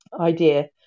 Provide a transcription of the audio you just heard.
idea